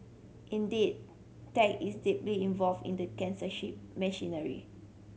indeed tech is deeply involved in the censorship machinery